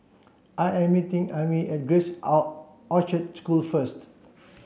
I am meeting Amie at Grace Orchard School first